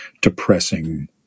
depressing